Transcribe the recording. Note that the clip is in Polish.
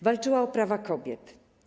Walczyła o prawa kobiet.